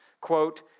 quote